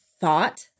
thought